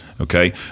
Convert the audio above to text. Okay